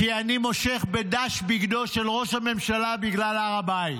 כי אני מושך בדש בגדו של ראש הממשלה בגלל הר הבית,